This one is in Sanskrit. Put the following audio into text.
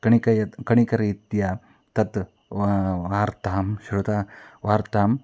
कणिकयत् कणिकरीत्या तत् वार्तां श्रुतां वार्ताम्